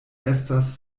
estas